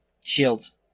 shields